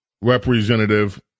representative